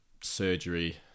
surgery